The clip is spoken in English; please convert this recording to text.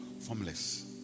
formless